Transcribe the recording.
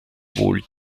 wohl